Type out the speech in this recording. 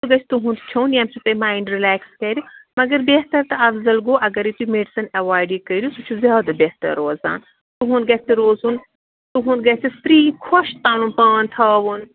سُہ گژھِ تُہُنٛد کھیوٚن ییٚمہِ سۭتۍ تۄہہِ ماینٛڈ رِلیکٕس کَرِ مگر بہتر تہٕ اَفضل گوٚو اگرےُ تُہۍ مِیڈِسَن اٮ۪وایڈی کٔرِو سُہ چھُ زیادٕ بہتر روزان تُہُنٛد گَژھِ روزُن تُہُنٛد گَژھِ فری خۄش پَنُن پان تھاوُن